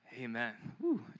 amen